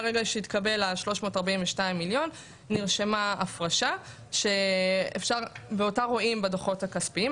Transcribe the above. מהרגע שהתקבלו ה-342 מיליון נרשמה הפרשה ואותה רואים בדו"חות הכספיים,